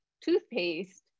toothpaste